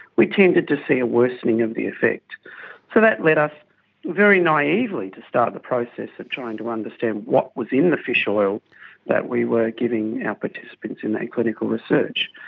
we tended to see a worsening of the effect. so that led us very naively to start the process of trying to understand what was in the fish oil that we were giving our participants in that clinical research.